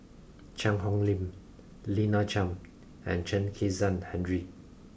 Cheang Hong Lim Lina Chiam and Chen Kezhan Henri